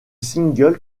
single